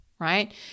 Right